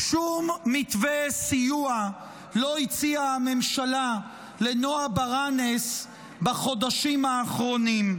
שום מתווה סיוע לא הציעה הממשלה לנועה ברנס בחודשים האחרונים.